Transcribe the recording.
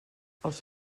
els